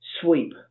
sweep